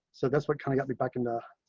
so that's what kind of got me back into